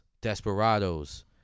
Desperados